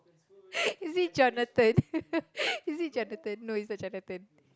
is it Jonathan is it Jonathan no it's not Jonathan